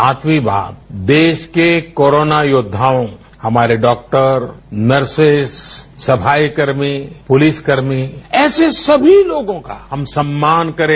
सातवीं बात देश के कोरोना योद्वाओं हमारे डॉक्टर नर्सेस सफाई कर्मी पुलिसकर्मी ऐसे सभी लोगों का हम सम्मान करें